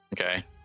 Okay